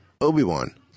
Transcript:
Obi-Wan